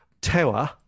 tower